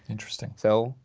interesting. so,